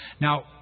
Now